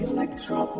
Electro